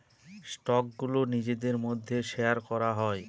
স্টকগুলো নিজেদের মধ্যে শেয়ার করা হয়